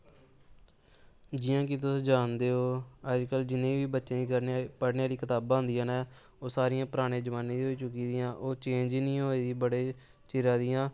जियां कि तुस जानदे ओ अजकल्ल जिन्ने बी बच्चें पढ़ने आह्लियां कताबां होंदियां न ओह् सारियां पराने जमाने दियां होई चुकी दियां ओह् चेंज निं होई दियां बड़े चिरा दियां